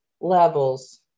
levels